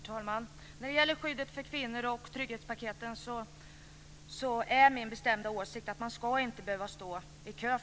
Fru talman! När det gäller skyddet för kvinnor och trygghetspaketen är det min bestämda åsikt att man inte ska behöva stå i kö.